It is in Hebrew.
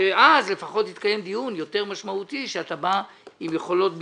אז לפחות יתקיים דיון יותר משמעותי כשאתה בא עם יכולות ביצוע.